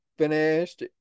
finished